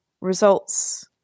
results